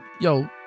yo